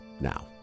now